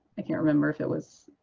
i can't remember if it was,